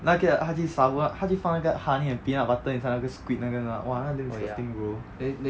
那个他去 sour 他去放那个 honey and peanut butter inside 那个 squid 那个是吗 !wah! 那个 damn disgusting bro